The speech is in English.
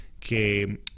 que